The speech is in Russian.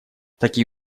такие